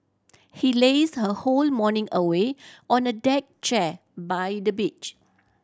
she lazed her whole morning away on a deck chair by the beach